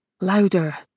louder